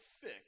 thick